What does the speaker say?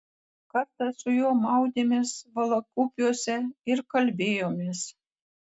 kartą su juo maudėmės valakupiuose ir kalbėjomės